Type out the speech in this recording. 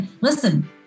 Listen